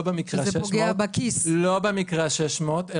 לא במקרה ה-600,